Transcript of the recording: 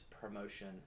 promotion